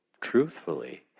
truthfully